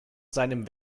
seinem